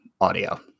Audio